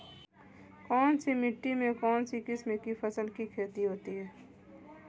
कौनसी मिट्टी में कौनसी किस्म की फसल की खेती होती है?